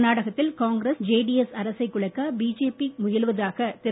கர்நாடகத்தில் காங்கிரலஸ் ஜேடிஎஸ் அரசைக் குலைக்க பிஜேபி முயலுவதாக திரு